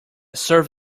serve